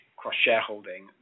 cross-shareholding